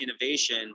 innovation